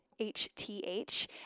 HTH